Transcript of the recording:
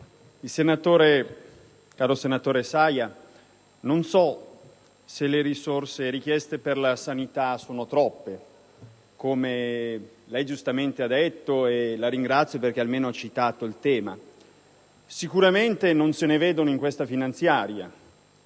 colleghi, caro senatore Saia**,** non so se le risorse richieste per la sanità sono troppe, come lei giustamente ha detto e la ringrazio perché almeno ha citato il tema. Sicuramente non se ne vedono in questa finanziaria.